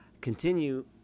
continue